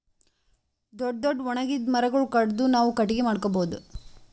ದೊಡ್ಡ್ ದೊಡ್ಡ್ ಒಣಗಿದ್ ಮರಗೊಳ್ ಕಡದು ನಾವ್ ಕಟ್ಟಗಿ ಮಾಡ್ಕೊಬಹುದ್